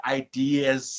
ideas